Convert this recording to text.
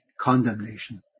condemnation